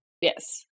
Yes